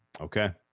okay